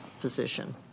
position